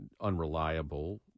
unreliable